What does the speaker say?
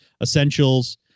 Essentials